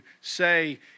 say